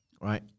right